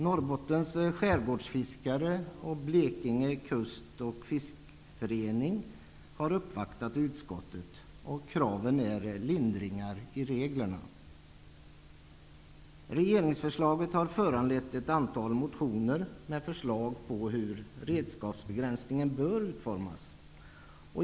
Norrbottens skärgårdsfiskare och Blekinge kustoch fiskförening har uppvaktat utskottet, och kraven är lindringar i reglerna. Regeringsförslaget har föranlett ett antal motioner med förslag på hur redskapsbegränsningen bör utformas.